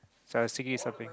so I was thinking something